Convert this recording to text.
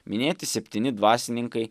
minėti septyni dvasininkai